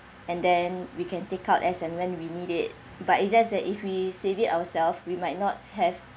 and then we can take out as and when we need it but it's just that if we save it ourselves we might not have